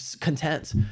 content